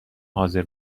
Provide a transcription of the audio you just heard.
حاضر